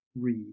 read